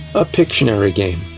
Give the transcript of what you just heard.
a pictionary game.